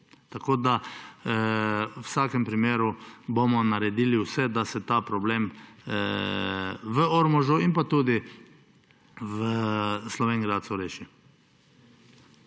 podprli. V vsakem primeru bomo naredili vse, da se ta problem v Ormožu in tudi v Slovenj Gradcu reši.